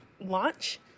launch